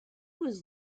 was